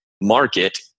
market